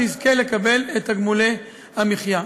יזכה לקבל את תגמולי המחיה.